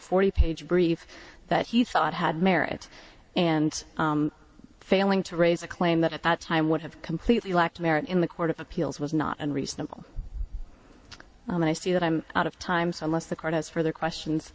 forty page brief that he thought had merit and failing to raise a claim that at that time would have completely lacked merit in the court of appeals was not unreasonable and i see that i'm out of time so unless the court has further questions